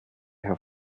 herr